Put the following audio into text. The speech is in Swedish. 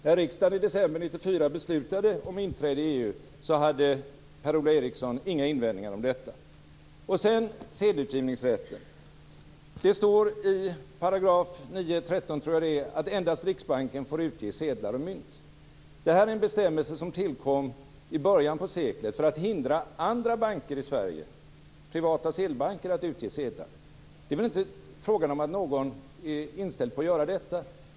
När riksdagen i december 1994 beslutade om inträde i EU hade Per-Ola Eriksson inga invändningar om detta. Sedan vill jag ta upp sedelutgivningsrätten. Det står i 9 kap. 13 § att endast Riksbanken får utge sedlar och mynt. Detta är en bestämmelse som tillkom i början på seklet för att hindra andra banker i Sverige Det är inte frågan om att någon är inställd på att göra detta.